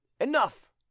enough